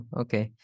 okay